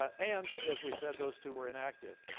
ah and, as we said, those two were inactive.